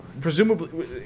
presumably